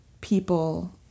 people